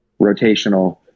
rotational